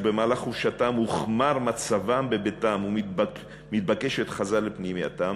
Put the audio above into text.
ובמהלך החופשה הוחמר מצבם בביתם ומתבקשת חזרה לפנימייתם,